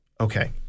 Okay